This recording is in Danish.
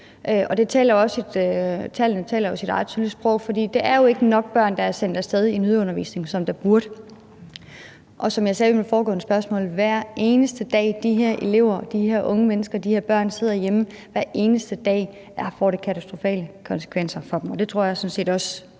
Tallene taler jo også deres eget tydelige sprog, for det er jo ikke så mange børn, der er sendt af sted i nødundervisning, som der burde. Og som jeg sagde i mit foregående spørgsmål: Hver eneste dag de her elever, de her unge mennesker, de her børn sidder hjemme – hver eneste dag – får det katastrofale konsekvenser for dem. Og det tror jeg sådan